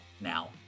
now